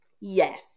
Yes